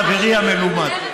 חברי המלומד,